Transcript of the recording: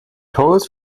holds